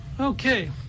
Okay